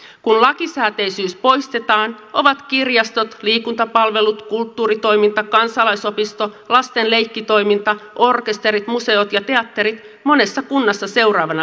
kun lakisääteisyys poistetaan ovat kirjastot liikuntapalvelut kulttuuritoiminta kansalaisopisto lasten leikkitoiminta orkesterit museot ja teatteri monessa kunnassa seuraavana leikkauslistalla